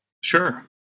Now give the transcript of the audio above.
Sure